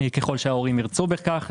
ככל שההורים ירצו בכך,